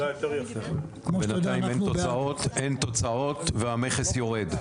בינתיים אין תוצאות והמכס יורד,